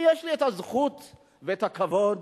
יש לי הזכות והכבוד